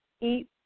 Eat